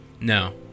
No